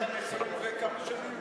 אני כאן 20 וכמה שנים,